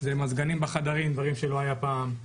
אם זה מזגנים בחדרים ודברים שלא היו פעם.